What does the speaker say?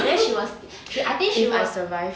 if I survive